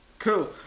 Cool